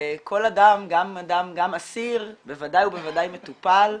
וכל אדם, גם אסיר, בוודאי ובוודאי מטופל,